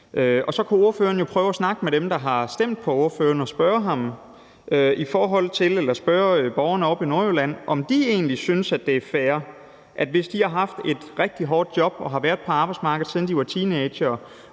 så kunne ordføreren jo prøve at snakke med dem, der har stemt på ordføreren, og spørge borgerne oppe i Nordjylland, om de egentlig synes, at det er fair, at de, hvis de har haft et rigtig hårdt job og har været på arbejdsmarkedet, siden de var teenagere,